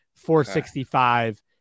465